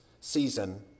season